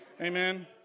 Amen